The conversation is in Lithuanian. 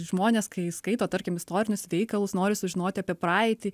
žmonės kai skaito tarkim istorinius veikalus nori sužinot apie praeitį